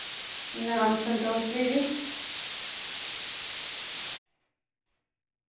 नाम संतोष देवी